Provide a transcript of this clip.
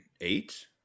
eight